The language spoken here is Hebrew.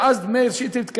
ואז מאיר שטרית,